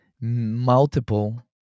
multiple